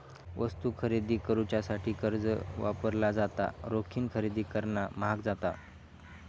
वस्तू खरेदी करुच्यासाठी कर्ज वापरला जाता, रोखीन खरेदी करणा म्हाग जाता